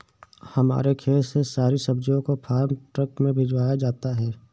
हमारे खेत से सारी सब्जियों को फार्म ट्रक में भिजवाया जाता है